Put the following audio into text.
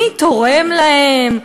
מי תורם להם?